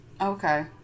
okay